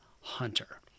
hunter